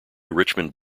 richmond